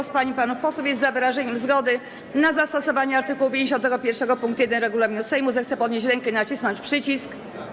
Kto z pań i panów posłów jest za wyrażeniem zgody na zastosowanie art. 51 pkt 1 regulaminu Sejmu, zechce podnieść rękę i nacisnąć przycisk.